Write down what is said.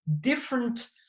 different